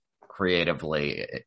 creatively